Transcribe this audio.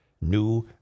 new